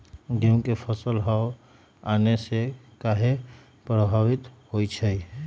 गेंहू के फसल हव आने से काहे पभवित होई छई?